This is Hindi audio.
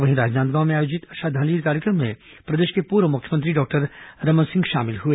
वहीं राजनांदगांव में आयोजित श्रद्वांजलि कार्यक्रम में प्रदेश के पूर्व मुख्यमंत्री डॉक्टर रमन सिंह शामिल हुए